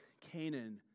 Canaan